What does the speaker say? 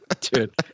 dude